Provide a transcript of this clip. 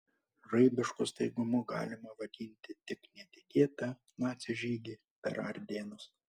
žaibišku staigumu galima vadinti tik netikėtą nacių žygį per ardėnus